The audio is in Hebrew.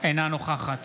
אינה נוכחת